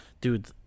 dude